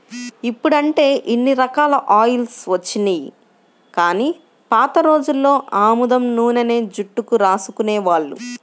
ఇప్పుడంటే ఇన్ని రకాల ఆయిల్స్ వచ్చినియ్యి గానీ పాత రోజుల్లో ఆముదం నూనెనే జుట్టుకు రాసుకునేవాళ్ళు